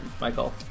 Michael